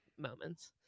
moments